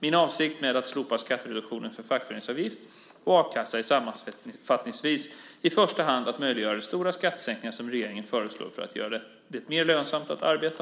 Min avsikt med att slopa skattereduktionen för fackföreningsavgift och a-kassa är sammanfattningsvis i första hand att möjliggöra de stora skattesänkningar som regeringen föreslår för att göra det mer lönsamt att arbeta.